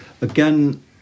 Again